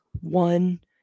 one